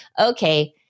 okay